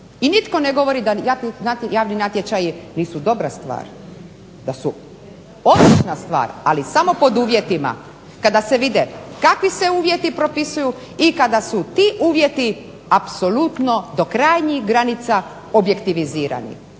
I nitko ne govori da javni natječaji nisu dobra stvar, da su odlična stvar, ali samo pod uvjetima kada se vide kakvi se uvjeti propisuju i kada su ti uvjeti apsolutno do krajnjih granica objektivizirani.